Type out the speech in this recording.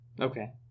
Okay